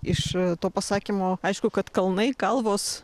iš a to pasakymo aišku kad kalnai kalvos